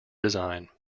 design